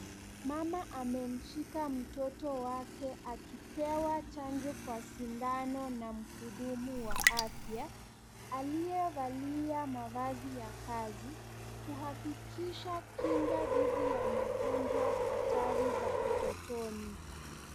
Mama amemshika mtoto wake akipewa chanjo kwa sindano na mhudumu wa afya, aliyevalia mavazi ya kazi, kuhakikisha kinga dhidi ya magonjwa hatari za utotoni.